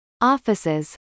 offices